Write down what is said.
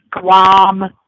Guam